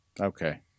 okay